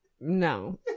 No